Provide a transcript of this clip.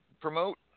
promote